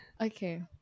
Okay